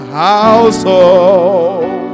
household